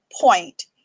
point